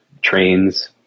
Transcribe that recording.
trains